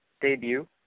debut